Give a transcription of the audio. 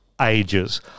ages